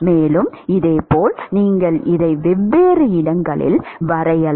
மேலும் இதேபோல் நீங்கள் இதை வெவ்வேறு இடங்களில் வரையலாம்